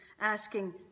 asking